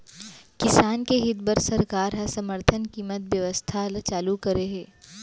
किसान के हित बर सरकार ह समरथन कीमत बेवस्था ल चालू करे हे